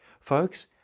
folks